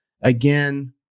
Again